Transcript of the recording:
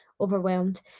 overwhelmed